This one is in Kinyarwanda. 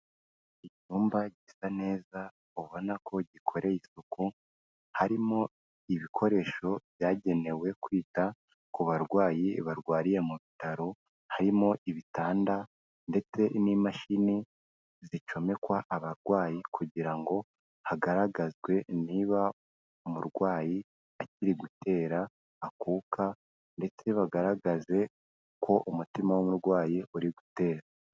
Icyumba gisa neza ubona ko gikorewe isuku, harimo ibikoresho byagenewe kwita ku barwayi barwariye mu bitaro, harimo ibitanda ndetse n'imashini zicomekwa abarwayi, kugira ngo hagaragazwe niba umurwayi akiri gutera akuka, ndetse bagaragaze ko umutima w'umurwayi uri gutera.